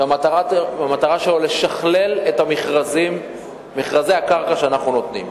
שהמטרה שלו היא לשכלל את מכרזי הקרקע שאנחנו מוציאים.